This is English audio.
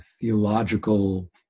theological